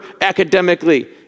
academically